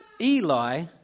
Eli